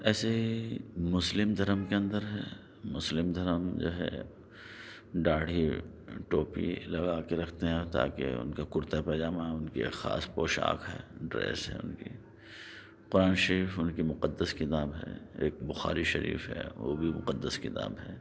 ایسے ہی مسلم دھرم کے اندر ہے مسلم دھرم جو ہے داڑھی ٹوپی لگا کے رکھتے ہیں تاکہ اُن کا کُرتا پاجامہ اُن کی ایک خاص پوشاک ہے ڈریس ہے اُن کی قرآن شریف اُن کی مقدس کتاب ہے ایک بُخاری شریف ہے وہ بھی مقدس کتاب ہے